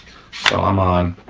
so i'm on,